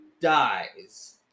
dies